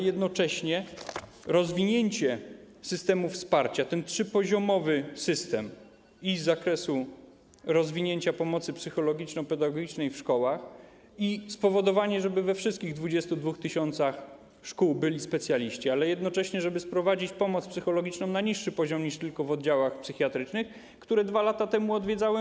Jednocześnie chodzi o rozwinięcie systemów wsparcia, ten trzypoziomowy system i z zakresu rozwinięcia pomocy psychologiczno-pedagogicznej w szkołach i o spowodowanie, żeby we wszystkich 22 tys. szkół byli specjaliści, ale też o to, żeby sprowadzić pomoc psychologiczną na niższy poziom niż tylko w oddziałach psychiatrycznych, które 2 lata temu odwiedziłem.